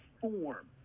form